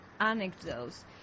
anecdotes